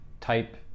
type